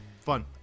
Fun